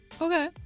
Okay